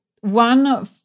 one